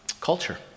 culture